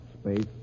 space